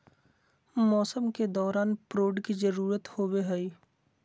मौसम के दौरान एगो प्रोड की जरुरत होबो हइ